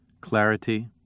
clarity